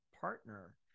partner